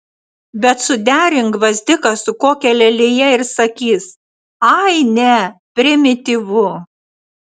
bet suderink gvazdiką su kokia lelija ir sakys ai ne primityvu